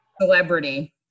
Celebrity